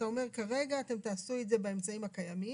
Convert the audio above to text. אתה אומר כרגע אתם תעשו את זה באמצעים הקיימים,